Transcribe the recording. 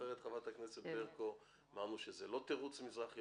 אמרנו שמזרח ירושלים זה לא תירוץ.